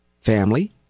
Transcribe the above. family